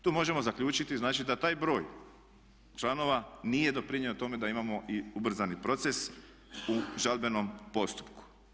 Tu možemo zaključiti znači da taj broj članova nije doprinio tome da imamo i ubrzani proces u žalbenom postupku.